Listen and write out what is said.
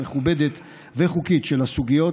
מכובדת וחוקית של הסוגיות